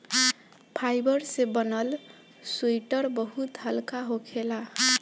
fibre से बनल sweater बहुत हल्का होखेला